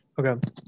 okay